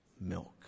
milk